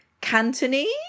Cantonese